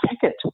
ticket